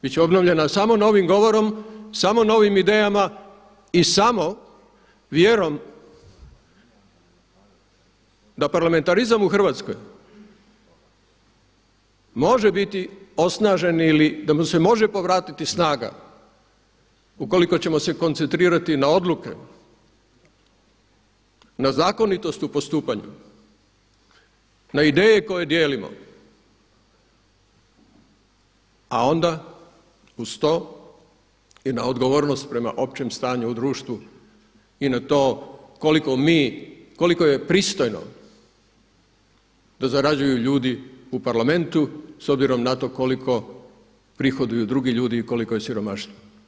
Bit će obnovljena samo novim govorom, samo novim idejama i samo vjerom da parlamentarizam u Hrvatskoj može biti osnažen ili da mu se može povratiti snaga ukoliko ćemo se koncentrirati na odluke, na zakonitost u postupanju, na ideje koje dijelimo a onda uz to je na odgovornost prema općem stanju u društvu i na to koliko mi, koliko je pristojno da zarađuju ljudi u Parlamentu s obzirom na to koliko prihoduju drugi ljudi i koliko je siromaštvo.